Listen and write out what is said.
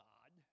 God